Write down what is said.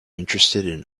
interested